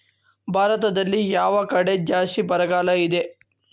ಭಾರತದಲ್ಲಿ ಯಾವ ಕಡೆ ಜಾಸ್ತಿ ಬರಗಾಲ ಇದೆ?